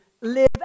live